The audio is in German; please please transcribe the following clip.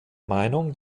meinung